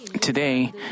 Today